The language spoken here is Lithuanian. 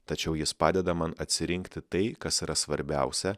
tačiau jis padeda man atsirinkti tai kas yra svarbiausia